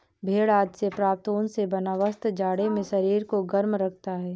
भेड़ आदि से प्राप्त ऊन से बना वस्त्र जाड़े में शरीर को गर्म रखता है